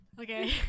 Okay